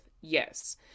Yes